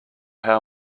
how